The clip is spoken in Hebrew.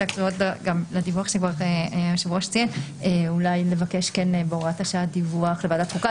אולי בהוראת השעה כן נבקש דיווח לוועדת החוקה.